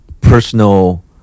personal